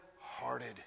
hearted